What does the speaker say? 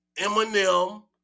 Eminem